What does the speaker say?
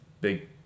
big